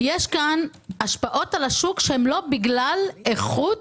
יש כאן השפעות על השוק שהן לא בגלל איכות